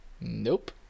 Nope